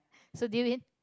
so did you win